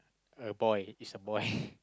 a boy it's a boy